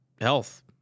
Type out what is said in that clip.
health